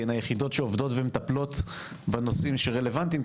כי הן היחידות שעובדות ומטפלות בנושאים שרלבנטיים.